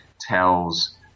tells